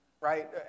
right